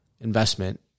investment